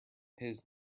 his